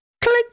Click